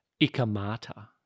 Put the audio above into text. ikamata